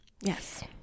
Yes